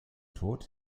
tod